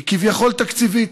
היא כביכול תקציבית,